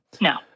No